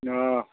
অঁ